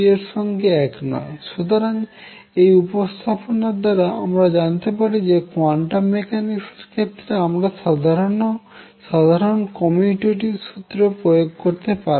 সুতরাং এই উপস্থাপনার দ্বারা আমরা জানতে পারি যে কোয়ান্টাম মেকানিক্স এর ক্ষেত্রে আমরা সাধারন কমিউটেটিভ সুত্রের প্রয়োগ করতে পারবো না